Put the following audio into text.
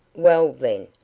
well, then,